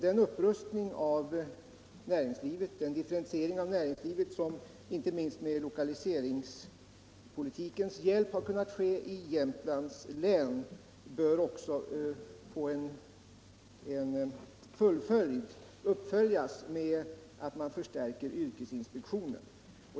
Den upprustning och differentiering av näringslivet som inte minst med lokaliseringspolitikens hjälp har kommit till stånd i Jämtlands län bör också uppföljas med att man förstärker yrkesinspektionen.